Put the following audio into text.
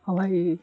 ହଁ ଭାଇ